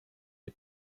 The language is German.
die